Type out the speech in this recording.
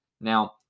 Now